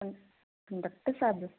doctor Sahib